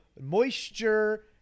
moisture